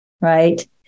right